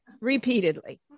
repeatedly